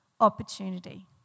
opportunity